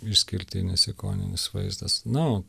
išskirtinis ikoninis vaizdas na o